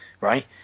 right